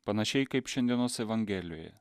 panašiai kaip šiandienos evangelijoje